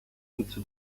into